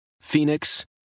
Phoenix